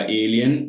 alien